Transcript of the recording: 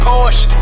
Porsche